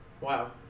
Wow